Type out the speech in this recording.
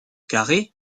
carrée